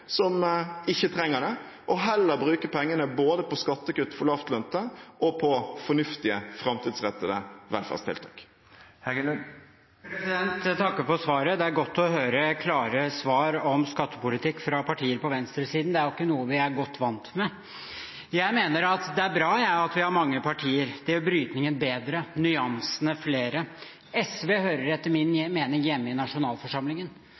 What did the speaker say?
som ikke trenger det, og heller bruke pengene både på skattekutt for lavtlønte og på fornuftige, framtidsrettede velferdstiltak. Jeg takker for svaret. Det er godt å høre klare svar om skattepolitikk fra partier på venstresiden. Det er ikke noe vi er godt vant med. Jeg mener at det er bra at vi har mange partier. Det gjør brytningen bedre og nyansene flere. SV hører etter min mening hjemme i nasjonalforsamlingen.